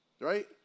Right